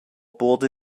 bohrte